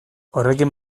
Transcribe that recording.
horrekin